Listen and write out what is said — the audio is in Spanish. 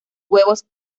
huevos